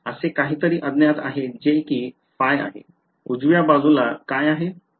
असे काहीतरी अज्ञात आहे जे कि ϕ आहे उजव्या बाजूला काय आहे